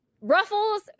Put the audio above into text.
ruffles